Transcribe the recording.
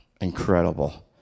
incredible